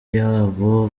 yabo